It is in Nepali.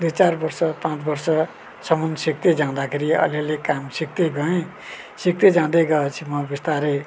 दुई चार वर्ष पाँच वर्षसम्म सिक्तै जाँदाखेरि अलिअलि काम सिक्दै गए सिक्दै जाँदै गए पछि म बिस्तारै